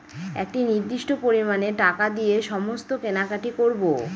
একটি নির্দিষ্ট পরিমানে টাকা দিয়ে সমস্ত কেনাকাটি করবো